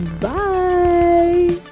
Bye